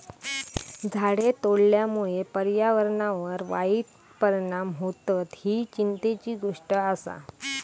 झाडे तोडल्यामुळे पर्यावरणावर वाईट परिणाम होतत, ही चिंतेची गोष्ट आसा